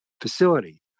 facility